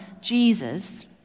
Jesus